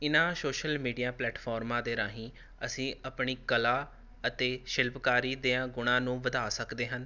ਇਨ੍ਹਾਂ social media ਪਲੇਟਫਾਰਮਾਂ ਦੇ ਰਾਹੀਂ ਅਸੀਂ ਆਪਣੀ ਕਲਾ ਅਤੇ ਸ਼ਿਲਪਕਾਰੀ ਦਿਆਂ ਗੁਣਾਂ ਨੂੰ ਵਧਾ ਸਕਦੇ ਹਨ